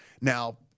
Now